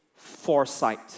foresight